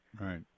Right